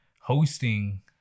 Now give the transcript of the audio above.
hosting